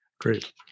Great